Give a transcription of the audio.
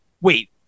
Wait